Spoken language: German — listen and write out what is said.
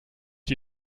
die